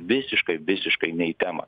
visiškai visiškai ne į temą